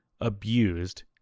abused